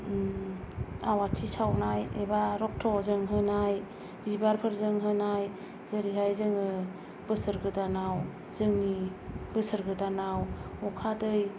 आवाथि सावनाय एबा रक्तजों होनाय बिबारफोरजों होनाय जेरैहाय जोङो बोसोर गोदानाव जोंनि बोसोर गोदानाव अखा दै